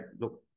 look